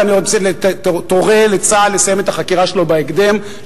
אחרי הרצח הזה באה תגובה ואחרי התגובה באה תגובה אחרת.